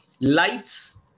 Lights